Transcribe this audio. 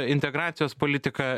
integracijos politiką